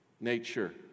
Nature